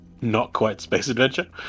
not-quite-space-adventure